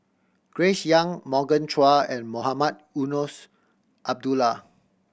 Grace Young Morgan Chua and Mohamed Eunos Abdullah